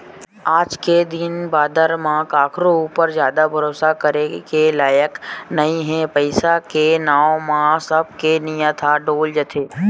आज के दिन बादर म कखरो ऊपर जादा भरोसा करे के लायक नइ हे पइसा के नांव म सब के नियत ह डोल जाथे